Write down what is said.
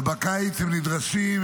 ובקיץ הם נדרשים,